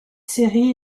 série